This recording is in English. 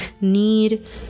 need